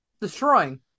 destroying